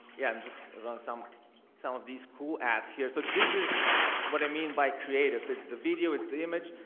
yeah, and just run some some of these cool ads here. so this is what i mean by creative fits the video is the image.